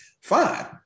fine